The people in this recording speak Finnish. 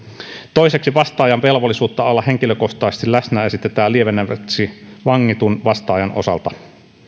toiseksi vastaajan velvollisuutta olla henkilökohtaisesti läsnä esitetään lievennettäväksi vangitun vastaajan osalta